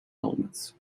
elements